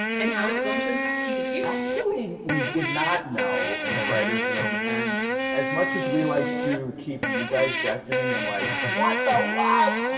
and how is it going to impact season two? actually we did not know in the writers' room. and as much as we like to keep you guys guessing and like what the what?